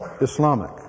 Islamic